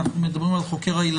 אנחנו מדברים על חוקר הילדים?